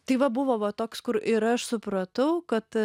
tai va buvo va toks kur ir aš supratau kad